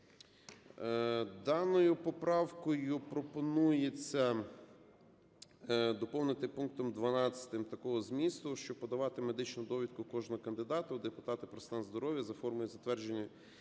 доповнити пунктом, доповнити пунктом 12 такого змісту, що подавати медичну довідку кожного кандидата у депутати про стан здоров’я за формою, затвердженою